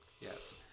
Yes